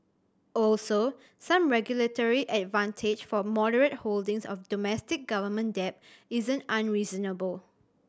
also some regulatory advantage for moderate holdings of domestic government debt isn't unreasonable